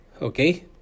okay